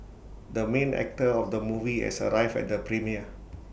the main actor of the movie has arrived at the premiere